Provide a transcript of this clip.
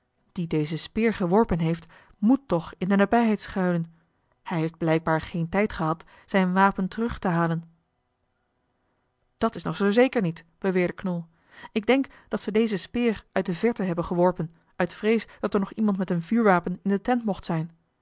die deze speer geworpen heeft moet toch in de nabijheid schuilen hij heeft blijkbaar geen tijd gehad zijn wapen terug te halen dat is nog zoo zeker niet beweerde knol ik denk dat ze deze speer uit de verte hebben geworpen uit vrees dat er nog iemand met een vuurwapen in de tent mocht zijn